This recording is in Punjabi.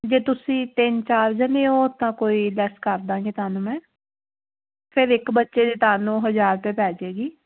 ਜੇ ਤੁਸੀਂ ਤਿੰਨ ਚਾਰ ਜਣੇ ਹੋ ਤਾਂ ਕੋਈ ਬੈਸਟ ਕਰ ਦਾਂਗੇ ਤੁਹਾਨੂੰ ਮੈਂ ਫਿਰ ਇੱਕ ਬੱਚੇ ਦੇ ਤੁਹਾਨੂੰ ਹਜ਼ਾਰ ਤੇ ਪੈ ਜੇਗੀ